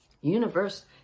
Universe